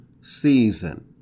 season